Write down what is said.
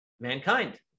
mankind